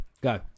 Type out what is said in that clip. go